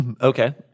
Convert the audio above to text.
Okay